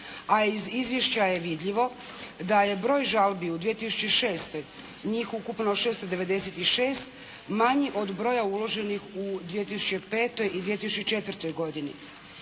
A iz izvješća je vidljivo da je broj žalbi u 2006., njih ukupno 696 manji od broja uloženih u 2005. i 2004. godini.